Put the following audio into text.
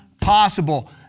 possible